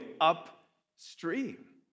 upstream